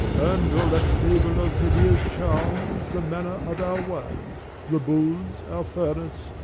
and, all that fable of medea's charms, the manner of our work the bulls, our furnace,